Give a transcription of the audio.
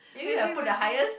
hey hey magazine